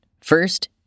First